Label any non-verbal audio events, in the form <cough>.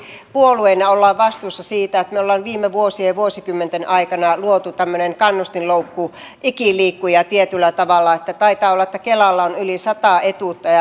puolueina olemme vastuussa siitä että me me olemme viime vuosien ja vuosikymmenten aikana luoneet tämmöisen kannustinloukun ikiliikkujan tietyllä tavalla taitaa olla niin että kelalla on yli sata etuutta ja <unintelligible>